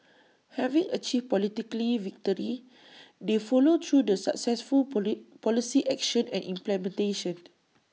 having achieved politically victory they followed through the successful poly policy action and implementation